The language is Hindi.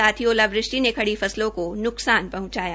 साथ ही ओलावृष्टि ने खड़ी फसलों को नुकसान पहुंचाया